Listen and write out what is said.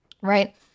right